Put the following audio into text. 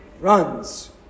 runs